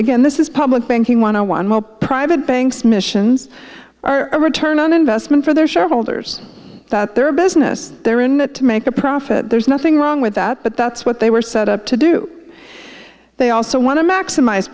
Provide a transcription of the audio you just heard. again this is public banking one on one while private banks missions are a return on investment for their shareholders that their business they're in it to make a profit there's nothing wrong with that but that's what they were set up to do they also want to maximize